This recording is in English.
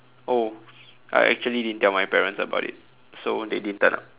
oh I actually didn't tell my parents about it so they didn't turn up